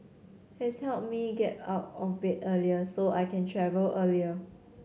has helped me get out of bed earlier so I can travel earlier